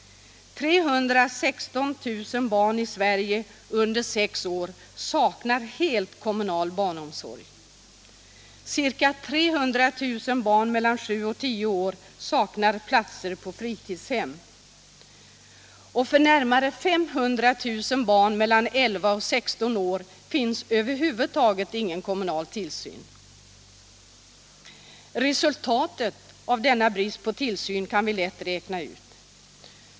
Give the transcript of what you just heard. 316 000 barn i Sverige under sex år saknar helt kommunal barnomsorg. Ca 300 000 barn mellan sju och tio år saknar platser på fritidshem. Och för närmare 500 000 barn mellan elva och sexton år finns över huvud taget ingen kommunal tillsyn. Resultatet av denna brist på tillsyn kan vi lätt räkna ut.